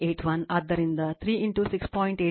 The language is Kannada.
81 ಆದ್ದರಿಂದ 3 6